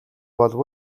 болов